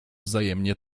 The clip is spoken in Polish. wzajemnie